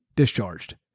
discharged